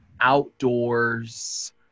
outdoors